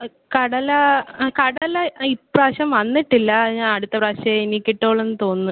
കടല അ കടല ഇപ്രാവശ്യം വന്നിട്ടില്ല ഞ അടുത്ത പ്രാവശ്യമേ ഇനി കിട്ടൂള്ളൂ തോന്നുന്നു